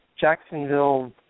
Jacksonville